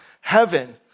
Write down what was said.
heaven